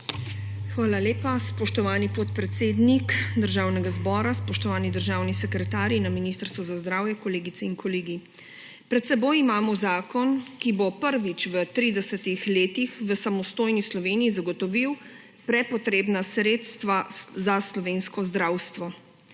Hvala lepa, spoštovani podpredsednik Državnega zbora. Spoštovani državni sekretarji na Ministrstvu za zdravje, kolegice in kolegi! Pred seboj imamo zakon, ki bo prvič v 30-ih letih v samostojni Sloveniji zagotovil prepotrebna sredstva za slovensko zdravstvo.